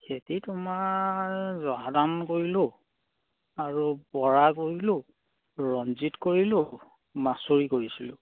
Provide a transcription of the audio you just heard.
খেতি তোমাৰ জহাধান কৰিলোঁ আৰু বৰা কৰিলোঁ ৰঞ্জিত কৰিলোঁ মাছই কৰিছিলোঁ